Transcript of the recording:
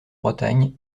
bretagne